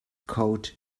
called